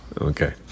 Okay